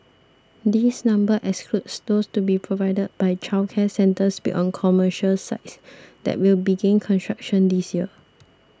this number excludes those to be provided by childcare centres built on commercial sites that will begin construction this year